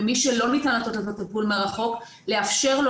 ומי שלא ניתן לתת לו את הטיפול מרחוק לאפשר לו